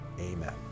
Amen